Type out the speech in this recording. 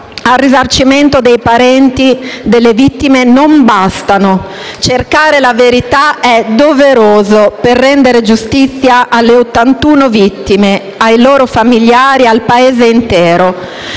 al risarcimento dei parenti delle vittime non bastano. Cercare la verità è doveroso per rendere giustizia alle 81 vittime, ai loro familiari e al Paese intero.